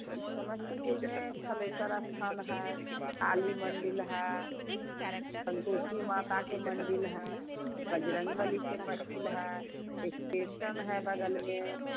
यह समस्तीपुर में कलेश्वर स्थान है काली मन्दिर है संतुष्टि माता के मन्दिर है बजरंगबली के मन्दिर है फिर स्टेशन है बग़ल है